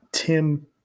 Tim